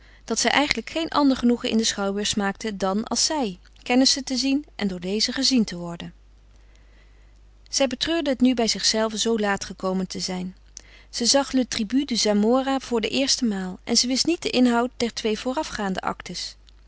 dat zij eigenlijk geen ander genoegen in den schouwburg smaakte dan als zij kennissen te zien en door dezen gezien te worden zij betreurde het nu bij zichzelve zoo laat gekomen te zijn ze zag le tribut de zamora voor de eerste maal en ze wist niet den inhoud der twee voorafgaande actes